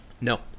No